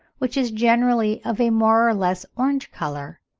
which is generally of a more or less orange colour,